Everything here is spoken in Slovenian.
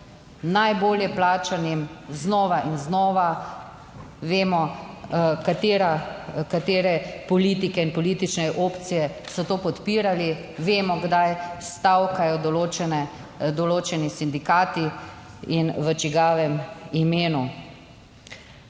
najbolje plačanim znova in znova. Vemo katere politike in politične opcije so to podpirali. Vemo kdaj stavkajo določene določeni sindikati in v čigavem imenu.